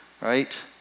right